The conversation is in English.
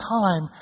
time